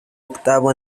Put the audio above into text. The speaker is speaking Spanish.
octavo